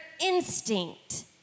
instinct